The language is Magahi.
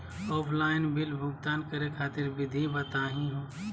ऑफलाइन बिल भुगतान करे खातिर विधि बताही हो?